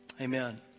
Amen